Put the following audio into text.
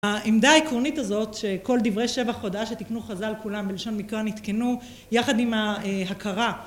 העמדה העקרונית הזאת שכל דברי שבח-הודאה שתיקנו חז"ל כולם בלשון מקרא, נתקנו יחד עם ההכרה